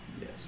Yes